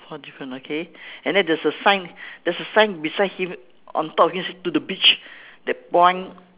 one different okay and then there's a sign there's a sign beside him on top of him say to the beach that point